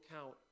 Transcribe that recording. count